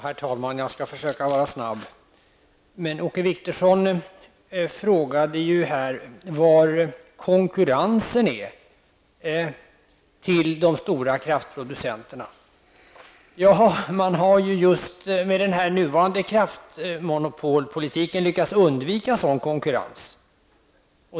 Herr talman! Åke Wictorsson frågade var konkurrensen till de stora kraftproducenterna är. Med den nuvarande kraftmonopolpolitiken har man lyckats undvika sådan konkurrens.